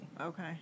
okay